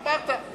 אמרת.